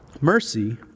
Mercy